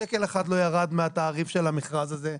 שקל אחד לא ירד מהתעריף של המכרז הזה.